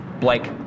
Blake